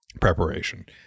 preparation